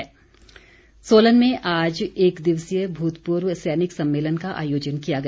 सम्मेलन सोलन में आज एक दिवसीय भूतपूर्व सैनिक सम्मेलन का आयोजन किया गया